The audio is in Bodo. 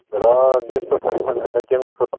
बिराद दुस्त' खालामथारो